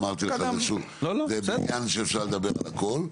אמרתי שזה בניין שאפשר לדבר על הכול,